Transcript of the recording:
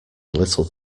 little